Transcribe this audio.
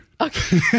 Okay